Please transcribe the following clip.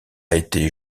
été